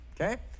Okay